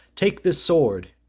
take this sword,